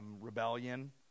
rebellion